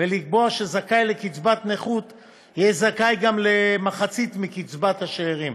ולקבוע שזכאי לקצבת נכות יהיה זכאי גם למחצית מקבצת השאירים